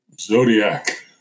Zodiac